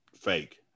fake